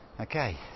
Okay